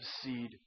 seed